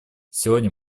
сегодня